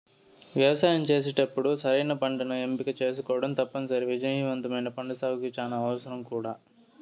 వ్యవసాయం చేసేటప్పుడు సరైన పంటను ఎంపిక చేసుకోవటం తప్పనిసరి, విజయవంతమైన పంటసాగుకు చానా అవసరం కూడా